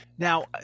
Now